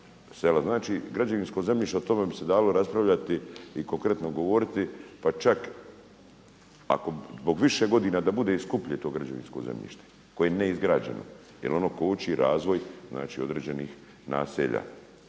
Znači, građevinsko zemljište o tome bi se dalo raspravljati i konkretno govoriti pa čak zbog više godina da bude i skuplje to građevinsko zemljište koje je ne neizgrađeno. Jer ono koči razvoj znači određenih naselja